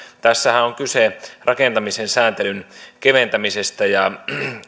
tässähän on on kyse rakentamisen sääntelyn keventämisestä ja